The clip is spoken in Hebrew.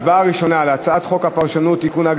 הצבעה ראשונה על הצעת חוק הפרשנות (תיקון,